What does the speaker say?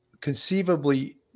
conceivably